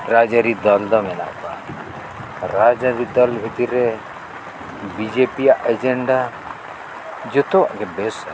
ᱨᱟᱡᱽ ᱟᱹᱨᱤ ᱫᱚᱞ ᱫᱚ ᱢᱮᱱᱟᱜ ᱠᱚᱣᱟ ᱨᱟᱡᱽ ᱟᱹᱨᱤ ᱫᱚᱞ ᱵᱷᱤᱛᱤᱨ ᱨᱮ ᱵᱤᱡᱮᱯᱤᱭᱟᱜ ᱮᱡᱮᱱᱰᱟ ᱡᱷᱚᱛᱚᱣᱟᱜ ᱜᱮ ᱵᱮᱥᱟ